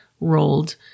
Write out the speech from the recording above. rolled